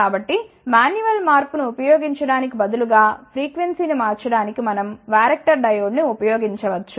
కాబట్టి మాన్యువల్ మార్పు ను ఉపయోగించటానికి బదులుగా ఫ్రీక్వెన్సీ ని మార్చడానికి మనం వ్యారక్టర్ డయోడ్ ను ఉపయోగించవచ్చు